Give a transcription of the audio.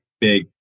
big